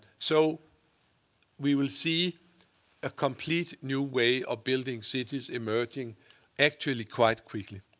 so we will see a complete new way of building cities emerging actually quite quickly.